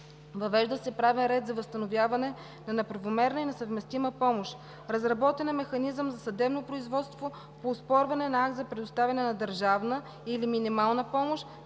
въвежда се правен ред за възстановяване на неправомерна и несъвместима помощ; - разработен е механизъм за съдебно производство по оспорване на акт за предоставяне на държавна или минимална помощ,